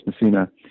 Messina